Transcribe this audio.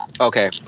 Okay